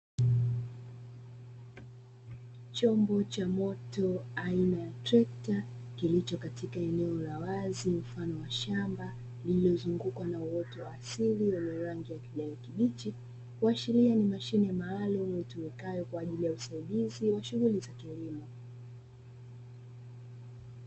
Chombo cha moto aina trecta kilicho katika eneo la wazi mfano wa shamba lililozungukwa na uwezo wa asili wenye rangi ya kijani kibichi, kuashiria ni mashine maalum hayo kwa ajili ya usaidizi wa shughuli za kilimo